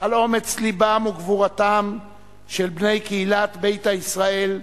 על אומץ לבם וגבורתם של בני קהילת "ביתא ישראל",